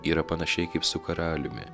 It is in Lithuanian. yra panašiai kaip su karaliumi